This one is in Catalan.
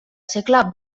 segle